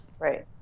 Right